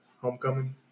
Homecoming